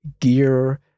gear